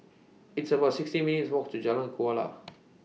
It's about sixteen minutes' Walk to Jalan Kuala